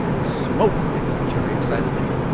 smoke! echoed jerry, excitedly.